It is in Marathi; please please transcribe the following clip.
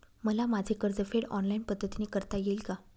मला माझे कर्जफेड ऑनलाइन पद्धतीने करता येईल का?